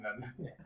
none